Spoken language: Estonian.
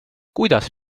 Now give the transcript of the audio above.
kuidas